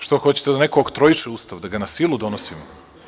Što hoćete da neko oktroiše Ustav, da ga na silu donosimo?